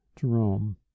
jerome